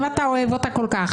אם אתה אוהב אותה כל כך,